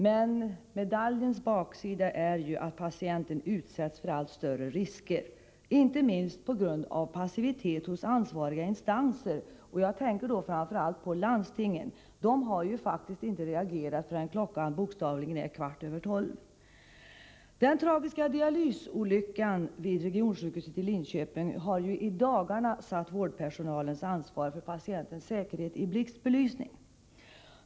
Men medaljens baksida är att patienten utsätts för allt större risker, inte minst på grund av passivitet hos ansvariga instanser, framför allt hos landstingen. De har faktiskt inte reagerat förrän klockan bokstavligen blivit kvart över tolv. Den tragiska dialysolyckan vid regionsjukhuset i Linköping har i dagarna satt vårdpersonalens ansvar för patientens säkerhet i blixtbelysning.